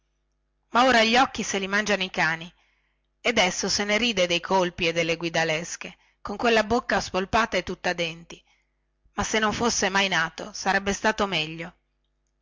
ma ora gli occhi se li mangiano i cani ed esso se ne ride dei colpi e delle guidalesche con quella bocca spolpata e tutta denti e se non fosse mai nato sarebbe stato meglio